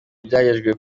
byagejejwe